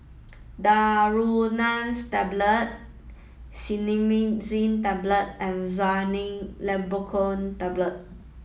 Daneuron Cinnarizine Tablets and Xyzal Levocetirizine Tablets